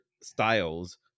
styles